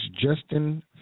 Justin